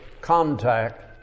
contact